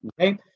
Okay